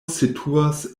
situas